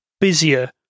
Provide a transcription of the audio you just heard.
busier